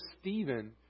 Stephen